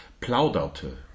Plauderte